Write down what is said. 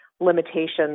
limitations